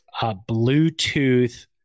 Bluetooth